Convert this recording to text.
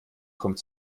kommt